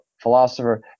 philosopher